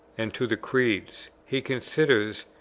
and to the creeds. he considers,